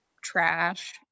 trash